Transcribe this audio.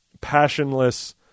passionless –